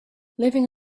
living